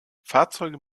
fahrzeuge